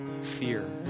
fear